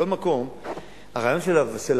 מכל מקום, הרעיון של הווד"ל,